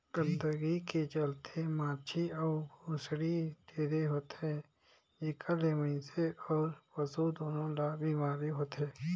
गंदगी के चलते माछी अउ भुसड़ी ढेरे होथे, जेखर ले मइनसे अउ पसु दूनों ल बेमारी होथे